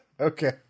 Okay